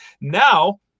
Now